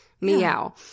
Meow